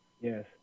Yes